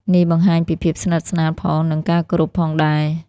នេះបង្ហាញពីភាពស្និទ្ធស្នាលផង និងការគោរពផងដែរ។